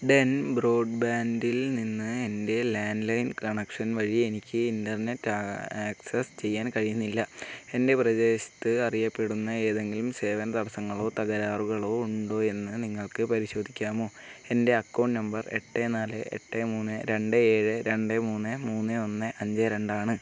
Den ബ്രോഡ്ബാൻഡിൽനിന്ന് എൻ്റെ landline connection വഴി എനിക്ക് ഇൻ്റർനെറ്റ് ആക്സസ് ചെയ്യാൻ കഴിയുന്നില്ല എൻ്റെ പ്രദേശത്ത് അറിയപ്പെടുന്ന ഏതെങ്കിലും സേവന തടസങ്ങളോ തകരാറുകളോ ഉണ്ടോ എന്ന് നിങ്ങൾക്ക് പരിശോധിക്കാമോ എൻ്റെ അക്കൗണ്ട് നമ്പർ എട്ട് നാല് എട്ട് മൂന്ന് രണ്ട് ഏഴ് രണ്ട് മൂന്ന് മൂന്ന് ഒന്ന് അഞ്ച് രണ്ട് ആണ്